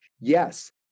Yes